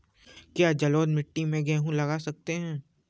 क्या जलोढ़ मिट्टी में गेहूँ लगा सकते हैं?